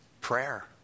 prayer